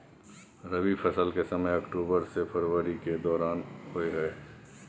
रबी फसल के समय अक्टूबर से फरवरी के दौरान होय हय